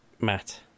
Matt